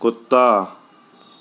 कुत्ता